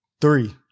three